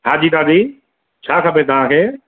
हा जी दादी छा खपे तव्हांखे